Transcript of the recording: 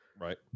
right